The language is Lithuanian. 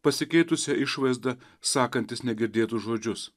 pasikeitusia išvaizda sakantis negirdėtus žodžius